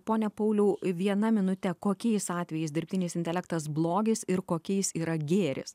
ponia pauliau viena minute kokiais atvejais dirbtinis intelektas blogis ir kokiais yra gėris